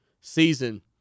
season